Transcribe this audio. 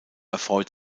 erfreut